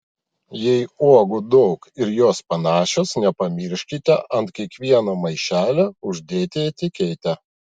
jei uogų daug ir jos panašios nepamirškite ant kiekvieno maišelio uždėti etiketę